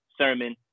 Sermon